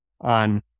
on